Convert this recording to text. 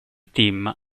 team